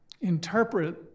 interpret